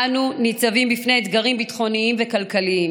אנו ניצבים בפני אתגרים ביטחוניים וכלכליים,